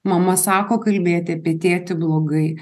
mama sako kalbėti apie tėtį blogai